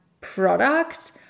product